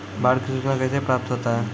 बाढ की सुचना कैसे प्राप्त होता हैं?